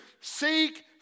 Seek